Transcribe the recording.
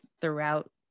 throughout